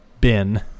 bin